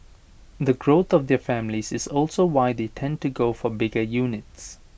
the growth of their families is also why they tend to go for bigger units